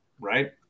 right